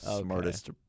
Smartest